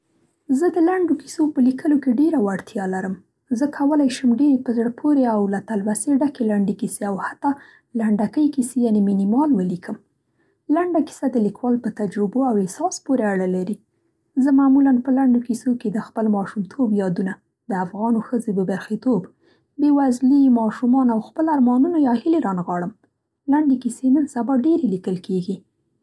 زه د لنډو کیسو په لیکلو کې ډېره وړتیا لرم. زه کولی شم ډېرې په زړه پورې او له تلوسې ډکې لنډې کیسې او حتی لنډکۍ کیسې یعنې مینیمال ولیکم. لنډه کیسه د لیکوال په تجربو او احساس پورې اړه لري. زه معمو په لنډو کیسو کې د خپل ماشومتوب یادونه، د افغانو ښځو بې برخې توب، بې وزلي، ماشومان او خپل ارمانونه یا هیلې را نغاړم. لنډې کیسې نن سبا ډېرې لیکل کېږي.